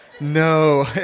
no